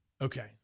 Okay